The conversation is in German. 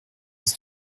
ist